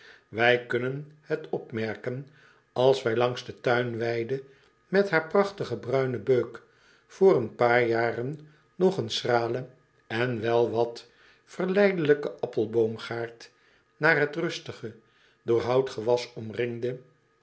wij kunnen het opmerken als wij langs de tuinweide met haar prachtige bruine beuk voor een paar jaren nog een schrale en wel wat verleidelijke appelboomgaard naar het rustige door houtgewas omringde